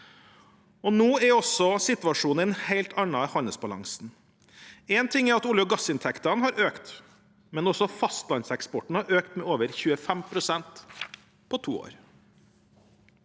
Nå er også situasjonen en helt annen i handelsbalansen. Én ting er at olje- og gassinntektene har økt, men også fastlandseksporten har økt, med over 25 pst. på to år.